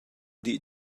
dih